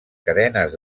cadenes